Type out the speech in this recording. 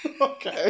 Okay